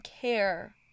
care